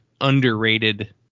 underrated